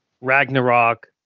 Ragnarok